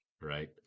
Right